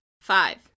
five